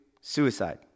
suicide